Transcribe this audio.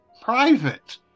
Private